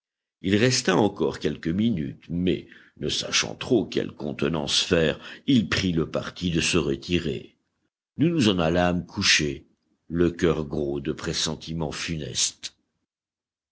il resta encore quelques minutes mais ne sachant trop quelle contenance faire il prit le parti de se retirer nous nous en allâmes coucher le cœur gros de pressentiments funestes